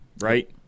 right